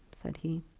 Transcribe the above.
said he.